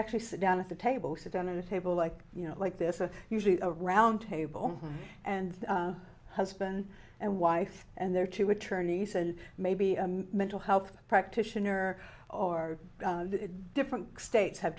actually sit down at the table sit on a table like you know like this is usually a round table and husband and wife and their two attorneys said maybe a mental health practitioner or different states have